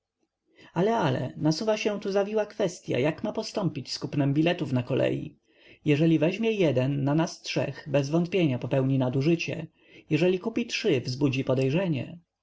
ale ale nasuwa się tu zawiła kwestya jak ma postąpić z kupnem biletów na kolei jeśli weźmie jeden na nas trzech bezwątpienia popełni nadużycie jeśli kupi trzy wzbudzi podejrzenie